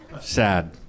Sad